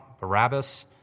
Barabbas